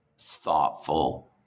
thoughtful